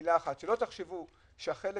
שלא תחשבו שהחלק